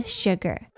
sugar